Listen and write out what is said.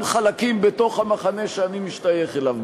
גם חלקים בתוך המחנה שאני משתייך אליו.